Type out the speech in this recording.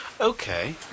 Okay